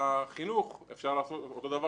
בדיני החינוך שלמעשה משרד החינוך מוצא את עצמו בלי כלים